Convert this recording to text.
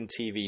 TV